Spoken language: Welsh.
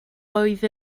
oedd